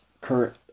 current